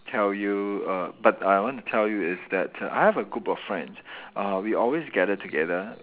tell you err but I want to tell you is that I have a group of friends uh we always gather together